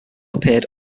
appeared